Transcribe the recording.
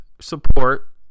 support